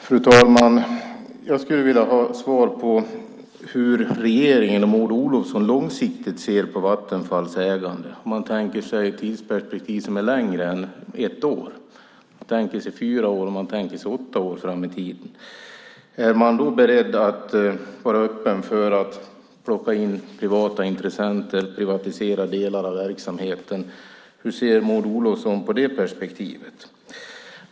Fru talman! Jag skulle vilja ha svar på hur regeringen och Maud Olofsson långsiktigt ser på Vattenfalls ägande om man tänker sig ett tidsperspektiv som är längre än ett år. Man kan tänka sig fyra år och åtta år fram i tiden. Är man då beredd att vara öppen för att plocka in privata intressenter och privatisera delar av verksamheten? Hur ser Maud Olofsson på det perspektivet?